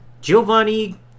Giovanni